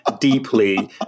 deeply